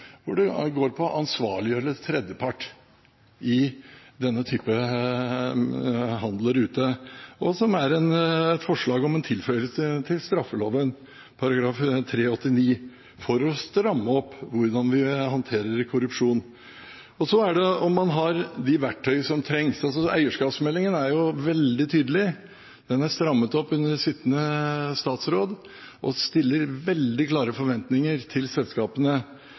er et forslag om en tilføyelse til straffeloven § 389, for å stramme opp hvordan vi håndterer korrupsjon. Om man har de verktøy som trengs? Eierskapsmeldingen er veldig tydelig. Den ble strammet opp under sittende statsråd og stiller veldig klare forventninger til selskapene.